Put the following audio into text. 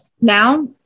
now